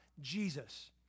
Jesus